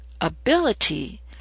ability